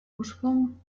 ursprung